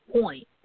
point